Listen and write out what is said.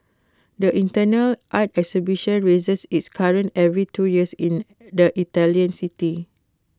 the internal art exhibition raises its curtain every two years in the Italian city